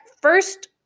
first